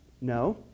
No